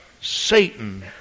Satan